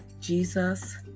Jesus